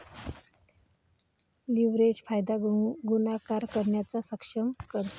leverage फायदा गुणाकार करण्यास सक्षम करते